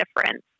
difference